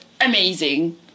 amazing